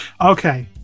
Okay